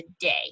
today